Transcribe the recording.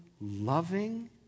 loving